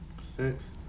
Six